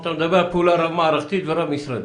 אתה מדבר על פעולה רב מערכתית ורב משרדית.